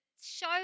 show